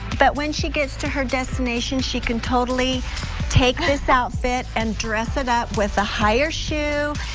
but when she gets to her destination she can totally take this outfit and dress it up with a higher shoe,